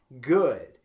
good